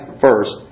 first